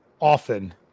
often